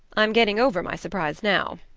i'm getting over my surprise now.